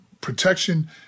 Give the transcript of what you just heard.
Protection